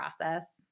process